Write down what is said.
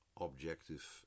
objective